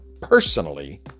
personally